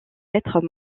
être